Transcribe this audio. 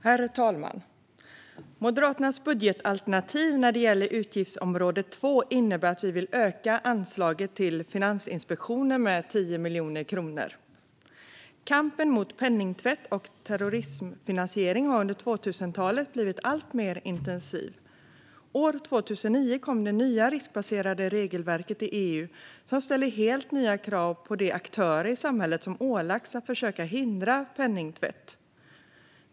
Herr talman! Moderaternas budgetalternativ när det gäller utgiftsområde 2 innebär att vi vill öka anslaget till Finansinspektionen med 10 miljoner kronor. Kampen mot penningtvätt och terrorismfinansiering har under 2000-talet blivit alltmer intensiv. År 2009 kom det nya riskbaserade regelverket i EU som ställer helt nya krav på de aktörer i samhället som ålagts att försöka hindra penningtvätt.